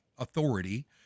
authority